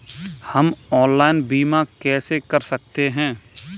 हम ऑनलाइन बीमा कैसे कर सकते हैं?